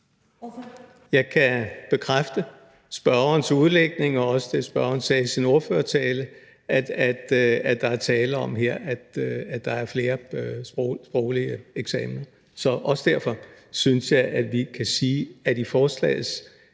Jeg kan bekræfte spørgerens udlægning og også det, spørgeren sagde i sin ordførertale: at der her er tale om, at der er flere mundtlige eksamener. Også derfor synes jeg, at vi kan sige, at vi lever